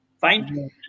Fine